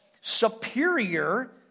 superior